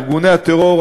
ארגוני הטרור,